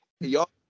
y'all